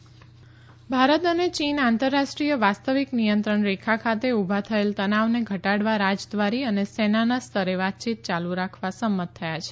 ભારત ચીન ભારત અને ચીન આંતરરાષ્ટ્રીય વાસ્તવિક નિયંત્રણ રેખા ખાતે ઉભા થયેલ તનાવને ઘટાડવા રાજધ્વારી અને સેનાના સ્તરે વાતચીત ચાલુ રાખવા સંમત થયા છે